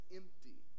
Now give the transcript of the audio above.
empty